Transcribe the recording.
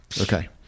okay